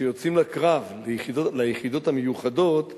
כשיוצאים לקרב, ליחידות המיוחדות,